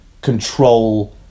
control